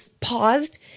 paused